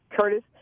curtis